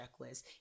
checklist